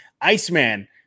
Iceman